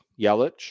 Yelich